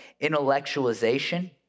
intellectualization